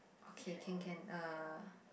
okay can can uh